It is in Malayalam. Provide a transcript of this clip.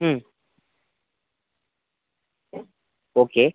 മ് ഓക്കെ